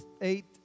eight